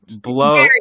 blow